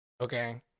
Okay